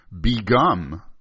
Begum